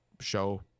show